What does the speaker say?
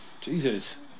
Jesus